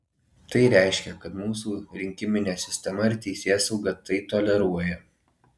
tai reiškia kad mūsų rinkiminė sistema ir teisėsauga tai toleruoja